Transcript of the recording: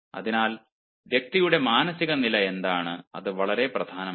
അതിനാൽ വ്യക്തിയുടെ മാനസിക നില എന്താണ് അത് വളരെ പ്രധാനമാണ്